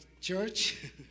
church